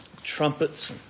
trumpets